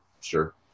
sure